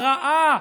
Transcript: הרעה,